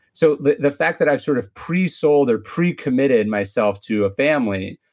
so the the fact that i've sort of pre-sold or pre-committed myself to a family